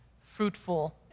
fruitful